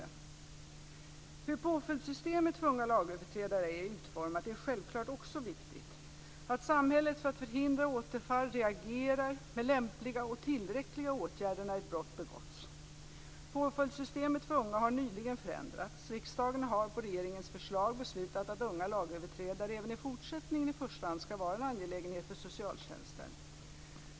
Hur påföljdssystemet för unga lagöverträdare är utformat är självklart också viktigt: att samhället, för att förhindra återfall, reagerar med lämpliga och tillräckliga åtgärder när ett brott begåtts. Påföljdssystemet för unga har nyligen förändrats. Riksdagen har på regeringens förslag beslutat att unga lagöverträdare även i fortsättningen i första hand skall vara en angelägenhet för socialtjänsten.